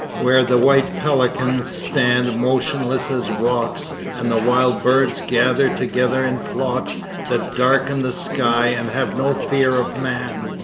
where the white pelicans stand motionless as rocks and the wild birds gather together in flocks that darken the sky and have no fear of man.